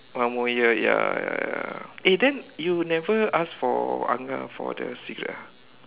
one more year ya ya ya eh then you never ask for angah for the cigarette ah